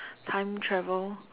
time travel